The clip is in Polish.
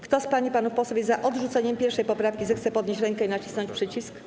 Kto z pań i panów posłów jest za odrzuceniem 1. poprawki, zechce podnieść rękę i nacisnąć przycisk.